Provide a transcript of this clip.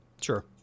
Sure